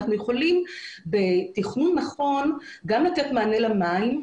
אנחנו יכולים בתכנון נכון גם לתת מענה למים,